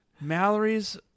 Mallory's